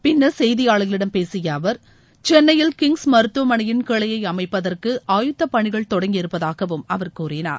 பின்னர் செய்தியாளர்களிடம் பேசிய அவர் சென்னையில் கிங்ஸ் மருத்துவமனையின் கிளையை அமைப்பதற்கு ஆயத்தப்பணிகள் தொடங்கியிருப்பதாகவும் அவர் கூறினார்